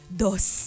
dos